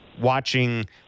watching